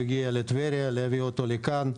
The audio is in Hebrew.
נסע לקחת אותו מטבריה ולהביא אותו לכאן,